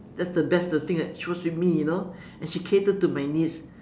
that's the best the thing that she was with me you know and she cater to my needs